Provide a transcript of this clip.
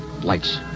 Lights